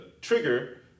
trigger